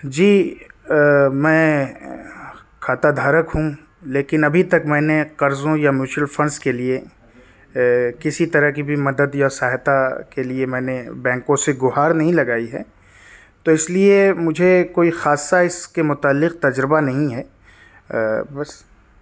جی میں کھاتہ دھارک ہوں لیکن ابھی تک میں نے قرضوں یا میوچل فنڈس کے لیے کسی طرح کی بھی مدد یا سہایتا کے لیے میں نے بینکوں سے گہار نہیں لگائی ہے تو اس لیے مجھے کوئی خاصا اس کے متعلق تجربہ نہیں ہے بس